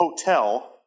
Hotel